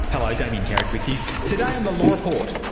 hello, damien carrick with you. today on the law report,